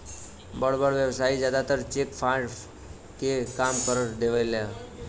बड़ बड़ व्यवसायी जादातर चेक फ्रॉड के काम कर देवेने